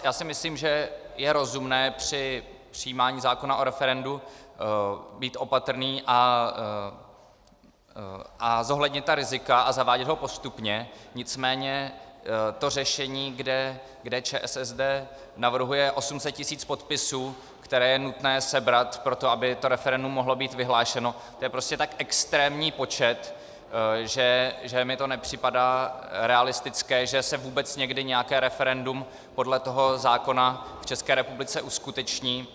Já si myslím, že je rozumné při přijímání zákona o referendu být opatrný, zohlednit rizika a zavádět ho postupně, nicméně to řešení, kde ČSSD navrhuje 800 tisíc podpisů, které je nutné sebrat pro to, aby referendum mohlo být vyhlášeno, to je prostě tak extrémní počet, že mi to nepřipadá realistické, že se vůbec někdy nějaké referendum podle toho zákona v České republice uskuteční.